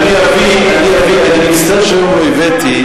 אני מצטער שהיום לא הבאתי,